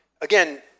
again